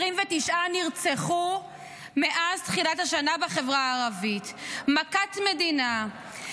29 נרצחו מאז תחילת השנה בחברה הערבית, מכת מדינה.